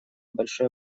большое